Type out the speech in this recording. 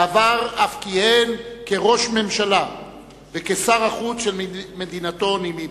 בעבר אף כיהן כראש ממשלה וכשר החוץ של מדינתו נמיביה.